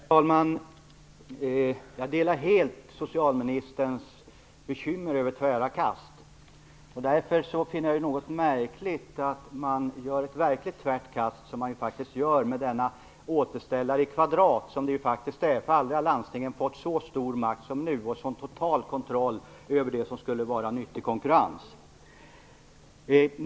Herr talman! Jag delar helt socialministerns bekymmer över tvära kast. Därför finner jag det något märkligt att man nu gör ett verkligt tvärt kast. Det gör man faktiskt i och med denna "återställare i kvadrat", för jag tror aldrig att landstingen har haft så stor makt och så total kontroll över det som skulle vara nyttig konkurrens som de nu får.